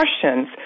questions